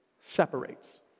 separates